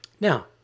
Now